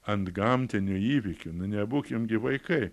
antgamtiniu įvykiu nebūkim gi vaikai